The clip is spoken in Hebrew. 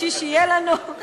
בשביל שיהיה לנו,